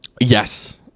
yes